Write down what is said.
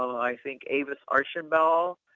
i think avis archibald.